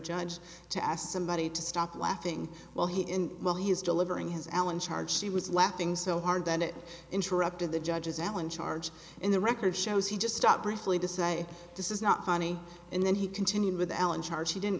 judge to ask somebody to stop laughing while he in will he is delivering his allen charge she was laughing so hard that it interrupted the judge's allen charge in the record shows he just stopped briefly to say this is not funny and then he continued with the allen charge she didn't